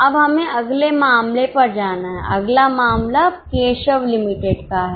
अब हमें अगले मामले पर जाना है अगला मामला केशव लिमिटेड का है